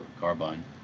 carbine